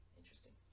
interesting